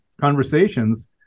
conversations